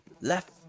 left